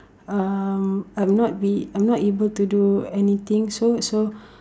um I'm not be I'm not able to do anything so so